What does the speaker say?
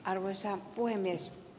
arvoisa puhemies